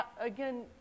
again